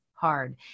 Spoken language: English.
Hard